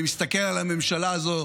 אני מסתכל על הממשלה הזו,